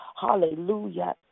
Hallelujah